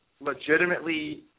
legitimately